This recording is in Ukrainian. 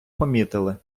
помітили